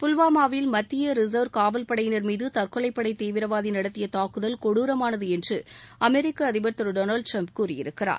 புல்வாமாவில் மத்திய ரிசர்வ் காவல் படையினர் மீது தற்கொலைப்படை தீவிரவாதி நடத்திய தாக்குதல் கொடுரமானது என்று அமெரிக்க அதிபர் திரு டொனால்ட் ட்ரம்ப் கூறியிருக்கிறார்